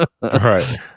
right